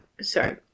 Sorry